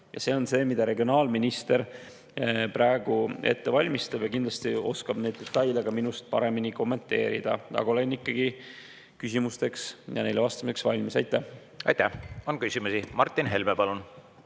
ja see on see, mida regionaalminister praegu ette valmistab. Ta kindlasti oskab neid detaile minust paremini kommenteerida. Aga olen ikkagi küsimusteks ja neile vastamiseks valmis. Aitäh! On küsimusi. Martin Helme, palun!